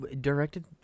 directed